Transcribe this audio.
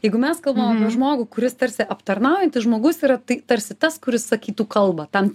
jeigu mes kalbam apie žmogų kuris tarsi aptarnaujantis žmogus yra tai tarsi tas kuris sakytų kalbą tam